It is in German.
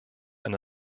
wenn